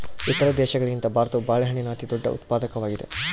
ಇತರ ದೇಶಗಳಿಗಿಂತ ಭಾರತವು ಬಾಳೆಹಣ್ಣಿನ ಅತಿದೊಡ್ಡ ಉತ್ಪಾದಕವಾಗಿದೆ